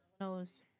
Knows